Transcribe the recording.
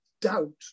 doubt